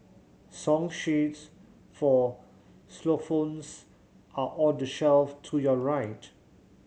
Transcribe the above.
song sheets for xylophones are on the shelf to your right